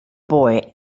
boy